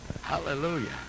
hallelujah